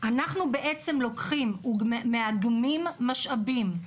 אנחנו בעצם לוקחים ומאגמים משאבים,